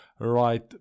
right